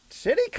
City